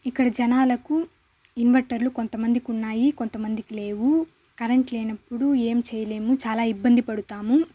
ఇక్కడ జనాలకు ఇన్వర్టర్లు కొంతమందికి ఉన్నాయి కొంతమందికి లేవు కరెంట్ లేనప్పుడు ఏం చేయలేము చాలా ఇబ్బంది పడుతాము